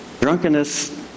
drunkenness